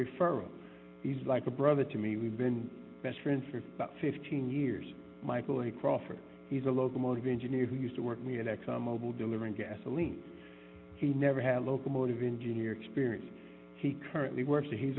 referral is like a brother to me we've been best friends for about fifteen years michael in crawford is a locomotive engineer who used to work me at exxon mobil delivering gasoline he never had a locomotive engineer experience he currently works to he's